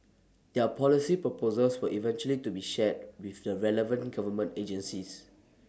their policy proposals will eventually be shared with the relevant government agencies